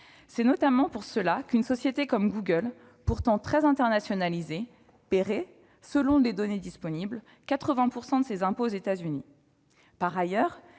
C'est notamment pour cela qu'une société comme Google, pourtant très internationalisée, paierait, selon les données disponibles, 80 % de ses impôts aux États-Unis. Par ailleurs,